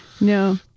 No